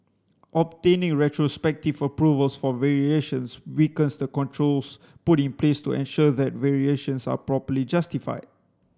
obtaining retrospective approvals for variations weakens the controls put in place to ensure that variations are properly justified